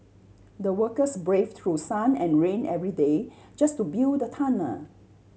the workers brave through sun and rain every day just to build the tunnel